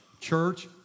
Church